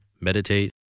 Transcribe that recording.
meditate